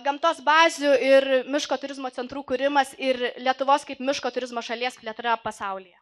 gamtos bazių ir miško turizmo centrų kūrimas ir lietuvos kaip miško turizmo šalies plėtra pasaulyje